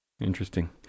Interesting